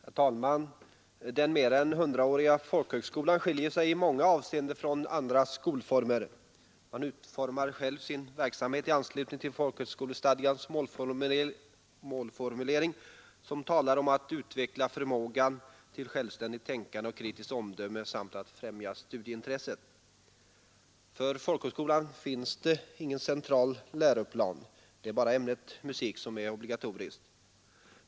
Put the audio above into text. Herr talman! Den mer än hundraåriga folkhögskolan skiljer sig i många avseenden från andra skolformer. Man utformar själv sin verksamhet i anslutning till folkhögskolestadgans målformulering, som talar om att utveckla förmåga till självständigt tänkande och kritiskt omdöme samt att främja studieintresset. För folkhögskolan finns ingen central läroplan. Det är bara ämnet musik som är obligatoriskt.